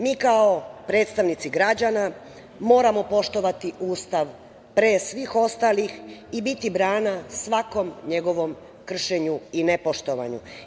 Mi kao predstavnici građana moramo poštovati Ustav pre svih ostalih i biti brana svakom njegovom kršenju i nepoštovanju.